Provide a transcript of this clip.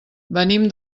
venim